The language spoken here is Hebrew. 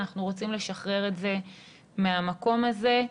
אנחנו רוצים לשחרר את זה מהמקום הזה.